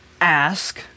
ask